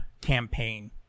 campaign